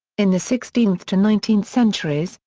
in the sixteenth to nineteenth centuries,